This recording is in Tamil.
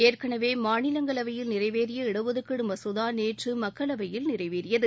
ஏற்கனவே மாநிலங்களவையில் நிறைவேறிய இடஒதுக்கீடு மசோதா நேற்று மக்களவையில் நிறைவேறியது